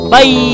Bye